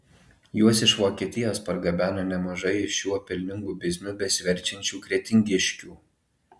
juos iš vokietijos pargabena nemažai šiuo pelningu bizniu besiverčiančių kretingiškių